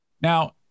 Now